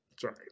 Sorry